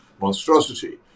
monstrosity